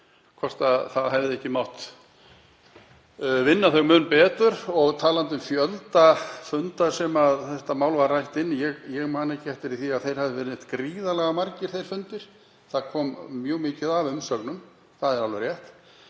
hvort ekki hefði mátt vinna þau mun betur. Og varðandi fjölda funda þar sem þetta mál var rætt, ég man ekki eftir því að þeir hafi verið neitt gríðarlega margir, þeir fundir. Það kom mjög mikið af umsögnum, það er alveg rétt,